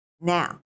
Now